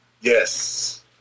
Yes